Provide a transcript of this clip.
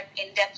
in-depth